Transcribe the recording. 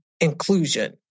inclusion